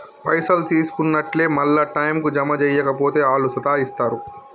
పైసలు తీసుకున్నట్లే మళ్ల టైంకు జమ జేయక పోతే ఆళ్లు సతాయిస్తరు